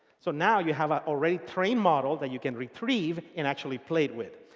so now you have ah already trained model that you can retrieve and actually played with.